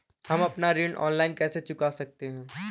हम अपना ऋण ऑनलाइन कैसे चुका सकते हैं?